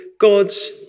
gods